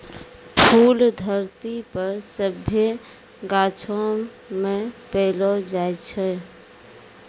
फूल धरती पर सभ्भे गाछौ मे पैलो जाय छै